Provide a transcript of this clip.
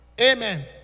Amen